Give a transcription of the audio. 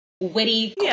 witty